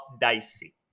dicey